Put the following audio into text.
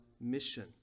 mission